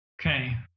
Okay